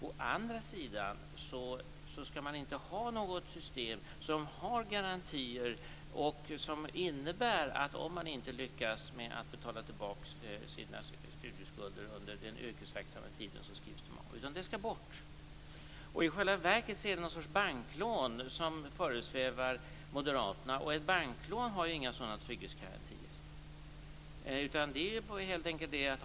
Å andra sidan skall man inte ha ett system med garantier som innebär att om studenten inte lyckas att betala tillbaka sina studieskulder under den yrkesverksamma tiden så skrivs de av. Detta skall bort. I själva verket är det något slags banklån som föresvävar moderaterna. Ett banklån har ju inte några sådana trygghetsgarantier.